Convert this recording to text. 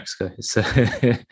Mexico